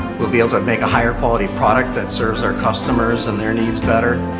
we'll be able to make a higher-quality product that serves our customers and their needs better.